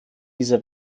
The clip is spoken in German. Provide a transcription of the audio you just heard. diese